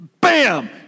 bam